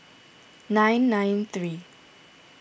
nine nine three